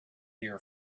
your